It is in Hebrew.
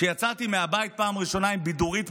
שיצאתי מהבית בפעם הראשונה עם בידורית,